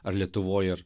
ar lietuvoj ar